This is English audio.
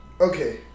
Okay